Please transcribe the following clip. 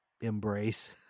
embrace